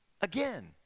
again